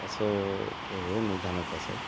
ଚାଷ ହୁଏ ନେଇ ଧାନ ଚାଷ